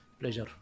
Pleasure